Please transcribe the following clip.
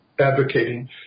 advocating